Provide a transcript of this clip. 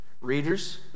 readers